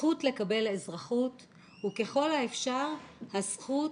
הזכות לקבל אזרחות וככל האפשר הזכות